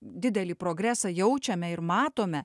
didelį progresą jaučiame ir matome